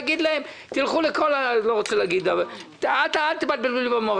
או להגיד להם: תלכו, אל תבלבלו לי במוח.